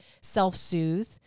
self-soothe